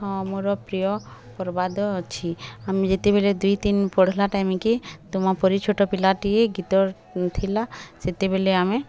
ହଁ ମୋର ପ୍ରିୟ ପ୍ରବାଦ ଅଛି ଆମେ ଯେତେବେଲେ ଦୁଇ ତିନ୍ ପଢ଼ିଲା ଟାଇମ୍କେ ତୁମ ପରି ଛୋଟ ପିଲାଟିଏ ଗୀତ ଥିଲା ସେତେବେଲେ ଆମେ